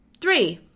Three